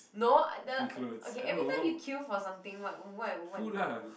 no the okay every time you queue for something what what what is it